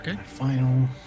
Final